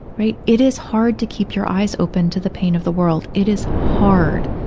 right. it is hard to keep your eyes open to the pain of the world. it is hard.